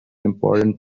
important